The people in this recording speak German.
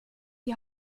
die